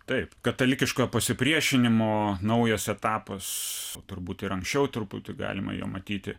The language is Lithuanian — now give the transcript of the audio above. taip katalikiškojo pasipriešinimo naujas etapas turbūt ir anksčiau truputį galima jo matyti